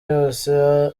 yose